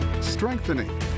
strengthening